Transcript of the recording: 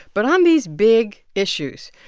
but on these big issues,